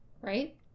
right